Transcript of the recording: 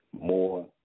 more